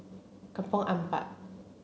Kampong Ampat